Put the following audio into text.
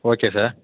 okay sir